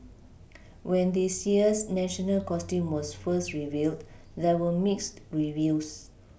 when this year's national costume was first revealed there were mixed reviews